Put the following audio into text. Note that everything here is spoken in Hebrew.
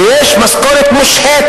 ויש משכורת מושהית,